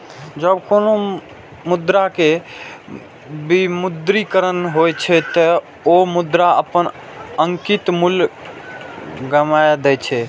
जब कोनो मुद्रा के विमुद्रीकरण होइ छै, ते ओ मुद्रा अपन अंकित मूल्य गमाय दै छै